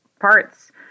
parts